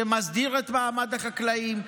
שמסדיר את מעמד החקלאים,